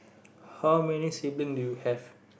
how many sibling do you have